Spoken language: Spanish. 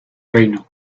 reino